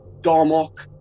Darmok